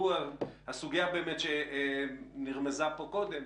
הסוגיה עליה נרמז קודם.